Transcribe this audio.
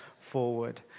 forward